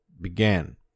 began